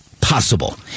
possible